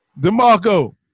DeMarco